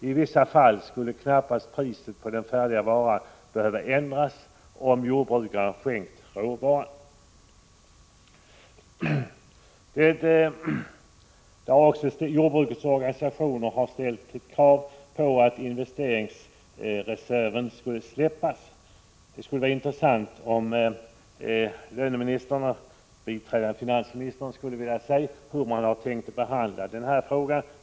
I vissa fall skulle priset på den färdiga varan knappast behöva ändras om jordbrukarna hade skänkt råvaran. Jordbrukets organisationer har krävt att investeringsreserven skall släppas fri. Det skulle vara intressant om löneministern och biträdande finansministern ville säga hur regeringen har tänkt behandla den frågan.